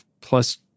plus